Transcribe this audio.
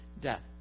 death